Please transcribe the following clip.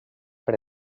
per